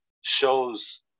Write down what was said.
shows